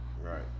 right